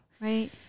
right